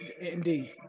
indeed